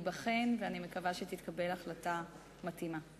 ייבחן, ואני מקווה שתתקבל החלטה מתאימה.